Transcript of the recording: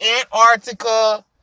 Antarctica